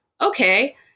Okay